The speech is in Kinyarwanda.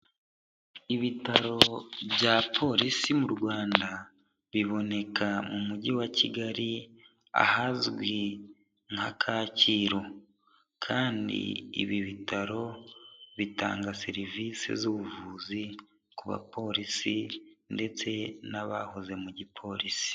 Ibitaro bya polisi mu Rwanda biboneka mu Mujyi wa Kigali, ahazwi nka Kacyiru. Kandi ibi bitaro bitanga serivisi z'ubuvuzi ku bapolisi ndetse n'abahoze mu gipolisi.